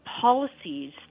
policies